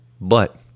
But-